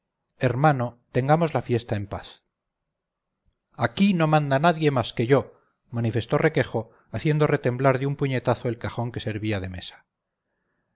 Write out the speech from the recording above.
hermano tengamos la fiesta en paz aquí no manda nadie más que yo manifestó requejo haciendo retemblar de un puñetazo el cajón que servía de mesa